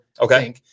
Okay